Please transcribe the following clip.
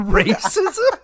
racism